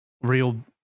real